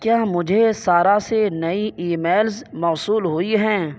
کیا مجھے سارہ سے نئی ای میلز موصول ہوئی ہیں